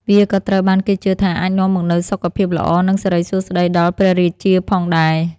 វាក៏ត្រូវបានគេជឿថាអាចនាំមកនូវសុខភាពល្អនិងសិរីសួស្តីដល់ព្រះរាជាផងដែរ។